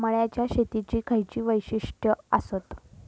मळ्याच्या शेतीची खयची वैशिष्ठ आसत?